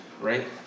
Right